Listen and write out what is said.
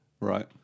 Right